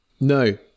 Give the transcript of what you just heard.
no